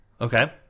Okay